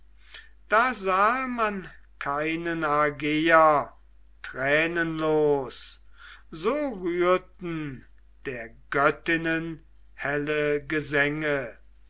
da sahe man keinen argeier tränenlos so rührten der göttinnen helle gesänge